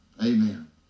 Amen